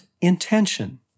intention